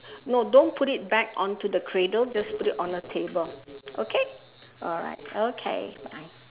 no don't put it back onto the cradle just put it on the table okay alright okay bye